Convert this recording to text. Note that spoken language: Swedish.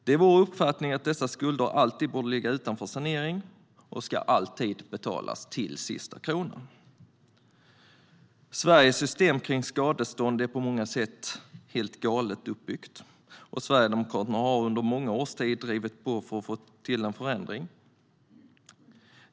Det är vår uppfattning att dessa skulder alltid borde ligga utanför sanering och alltid ska betalas till sista kronan. Sveriges system för skadestånd är på många sätt helt galet uppbyggt. Sverigedemokraterna har under många års tid drivit på för en förändring.